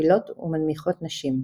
משפילות ומנמיכות נשים.